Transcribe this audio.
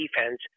defense